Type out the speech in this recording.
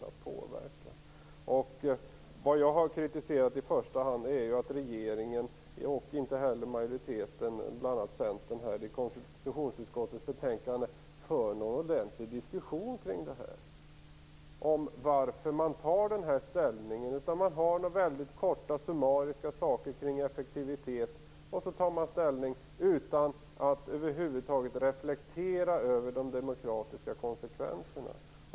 Vad jag i första hand har kritiserat är ju att inte regeringen och inte heller majoriteten, bl.a. Centern, i konstitutionsutskottets betänkande för någon ordentlig diskussion om varför man tar denna ställning. De tar upp några väldigt korta, summariska saker kring effektivitet och tar sedan ställning utan att över huvud taget reflektera över de demokratiska konsekvenserna.